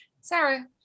Sarah